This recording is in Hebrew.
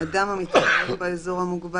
(1) אדם המתגורר דרך קבע באזור המוגבל,